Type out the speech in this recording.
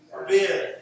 Forbid